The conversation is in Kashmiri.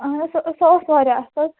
اَہَن حظ سۄ اوس سۅ ٲس واریاہ اَصٕل